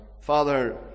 Father